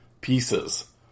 pieces